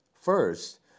First